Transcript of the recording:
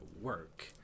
work